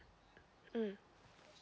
mm